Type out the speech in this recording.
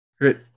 Great